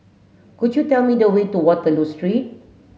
could you tell me the way to Waterloo Street